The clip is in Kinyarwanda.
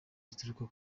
rituruka